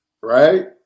Right